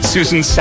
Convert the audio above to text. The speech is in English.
Susan